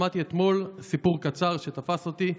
שמעתי אתמול סיפור קצר שתפס אותי,